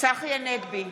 צחי הנגבי,